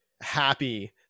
happy